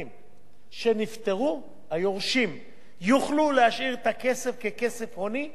היורשים יוכלו להשאיר את הכסף ככסף הוני ולמשוך אותו מתי שהם רוצים.